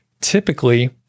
typically